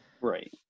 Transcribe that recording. Right